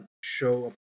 show